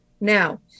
Now